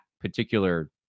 particular